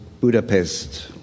Budapest